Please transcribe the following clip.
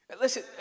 Listen